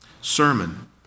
sermon